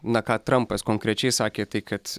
na ką trampas konkrečiai sakė tai kad